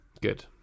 Good